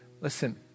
Listen